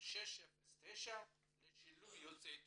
609 לשילוב יוצאי אתיופיה"